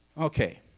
Okay